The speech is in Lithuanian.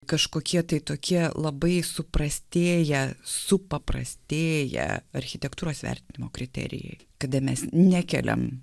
kažkokie tai tokie labai suprastėję supaprastėję architektūros vertinimo kriterijai kada mes nekeliam